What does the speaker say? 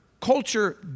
culture